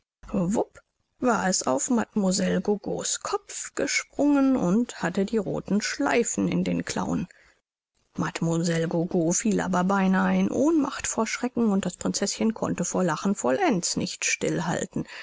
war es auf mademoiselle gogos kopf gesprungen und hatte die rothen schleifen in den klauen mademoiselle gogo fiel aber beinahe in ohnmacht vor schrecken und das prinzeßchen konnte vor lachen vollends nicht still